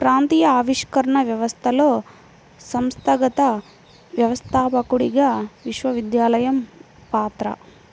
ప్రాంతీయ ఆవిష్కరణ వ్యవస్థలో సంస్థాగత వ్యవస్థాపకుడిగా విశ్వవిద్యాలయం పాత్ర